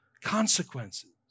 consequences